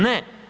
Ne.